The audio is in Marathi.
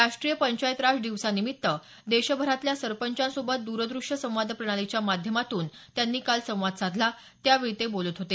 राष्ट्रीय पंचायत राज दिवसानिमित्त देशभरातल्या सरपंचांसोबत दूरदृश्य संवाद प्रणालीच्या माध्यमातून त्यांनी काल संवाद साधला त्यावेळी ते बोलत होते